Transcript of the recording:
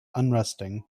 unresting